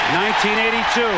1982